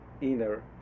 inner